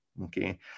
Okay